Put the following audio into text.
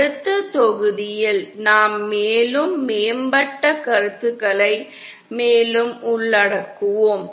அடுத்த தொகுதியில் நாம் மேலும் மேம்பட்ட கருத்துக்களை மேலும் உள்ளடக்குவோம்